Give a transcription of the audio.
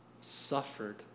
suffered